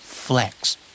Flex